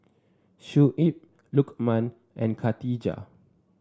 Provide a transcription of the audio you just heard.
Shuib Lukman and Khatijah